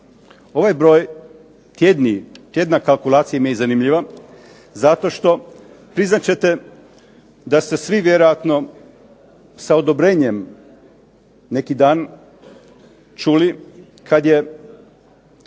Ovaj broj tjedni, tjedna kalkulacija mi je zanimljiva zato što priznat ćete da ste svi vjerojatno sa odobrenjem neki dan čuli kada je